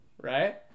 right